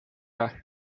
ära